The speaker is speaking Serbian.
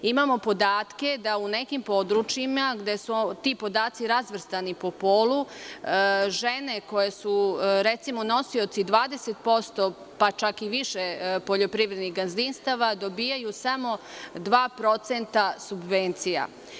Imamo podatke da u nekim područjima gde su ti podaci razvrstani po polu, žene koje su, recimo, nosioci 20%, pa čak i više poljoprivrednih gazdinstava, dobijaju samo 2% subvencija.